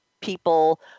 people